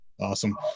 Awesome